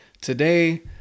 today